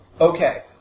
Okay